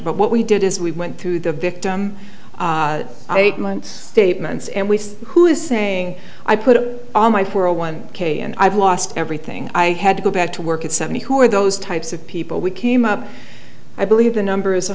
but what we did is we went through the victim eight months statements and we see who is saying i put on my for a one k and i've lost everything i had to go back to work at seventy who are those types of people we came up i believe the number is